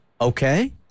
okay